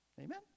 Amen